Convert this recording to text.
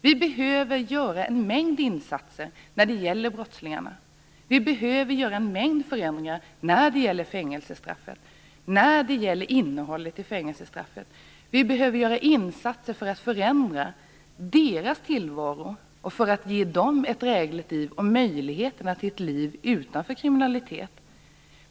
Vi behöver göra en mängd insatser när det gäller brottslingarna. Vi behöver göra en mängd förändringar när det gäller fängelsestraffet och innehållet i fängelsestraffet. Vi behöver göra insatser för att förändra deras tillvaro, ge dem ett drägligt liv och möjligheterna till ett liv utanför kriminalitet.